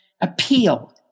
appeal